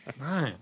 Right